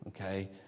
okay